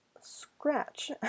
scratch